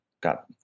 got